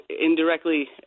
indirectly